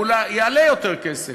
ואולי יעלה יותר כסף.